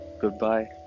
Goodbye